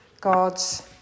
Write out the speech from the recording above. God's